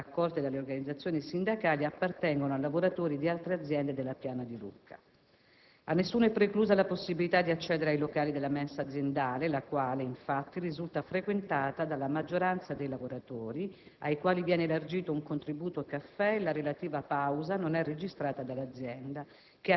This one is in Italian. raccolte dalle organizzazioni sindacali appartengono a lavoratori di altre aziende della piana di Lucca. A nessuno è preclusa la possibilità di accedere ai locali della mensa aziendale la quale, infatti, risulta frequentata dalla maggioranza dei lavoratori ai quali viene elargito un contributo caffè e la relativa pausa non è registrata dall'azienda,